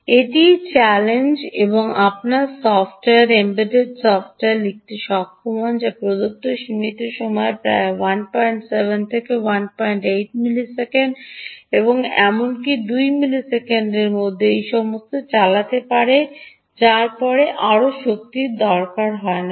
এটিই চ্যালেঞ্জ এবং আপনার সফ্টওয়্যার এমবেডেড সফ্টওয়্যার লিখতে সক্ষম হওয়া উচিত যা প্রদত্ত সীমিত সময়ে প্রায় 17 থেকে 18 মিলিসেকেন্ড বা এমনকি 2 মিলি সেকেন্ডের মধ্যে এই সমস্ত চালাতে পারে যার পরে আর শক্তির অধিকার নেই